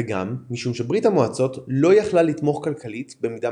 וגם משום שברית המועצות לא יכלה לתמוך כלכלית במידה